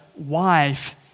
wife